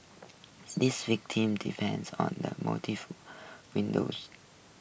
this victim defends on the winds